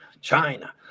China